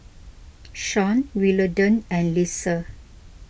Sean Willodean and Lesa